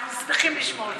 אנחנו שמחים לשמוע אותך.